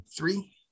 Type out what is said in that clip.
Three